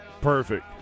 Perfect